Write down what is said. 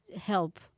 help